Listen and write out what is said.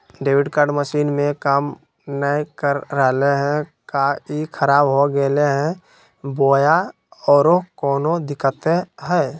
Debit card machine में काम नाय कर रहले है, का ई खराब हो गेलै है बोया औरों कोनो दिक्कत है?